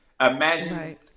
imagine